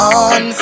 on